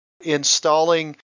installing